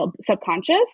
subconscious